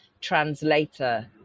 translator